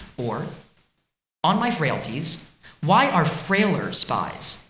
or on my frailties why are frailer spies,